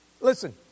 Listen